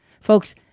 Folks